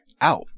out